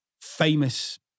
famous